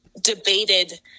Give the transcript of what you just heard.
debated